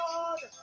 Lord